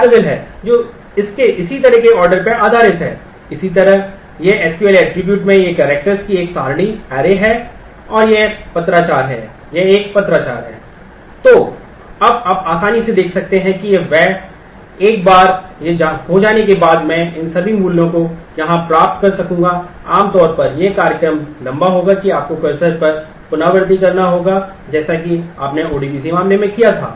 तो अब आप आसानी से देख सकते हैं कि एक बार यह हो जाने के बाद मैं इन सभी मूल्यों को यहाँ प्राप्त कर सकूँगा आम तौर पर यह कार्यक्रम लंबा होगा कि आपको कर्सर पर पुनरावृति करना होगा जैसा कि आपने ओडीबीसी मामले में किया था